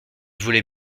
voulait